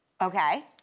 Okay